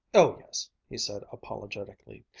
oh yes, he said apologetically.